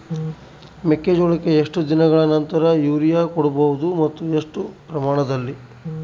ಮೆಕ್ಕೆಜೋಳಕ್ಕೆ ಎಷ್ಟು ದಿನಗಳ ನಂತರ ಯೂರಿಯಾ ಕೊಡಬಹುದು ಮತ್ತು ಎಷ್ಟು ಪ್ರಮಾಣದಲ್ಲಿ?